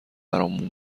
برامون